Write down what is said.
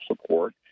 support